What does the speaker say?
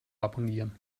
abonnieren